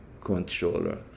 controller